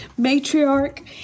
Matriarch